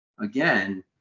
Again